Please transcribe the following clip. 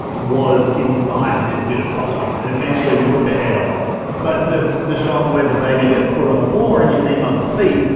was inside this bit of costume and eventually we put the head on but the the shot where the baby gets put on the floor and you see mother's feet,